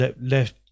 left